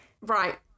Right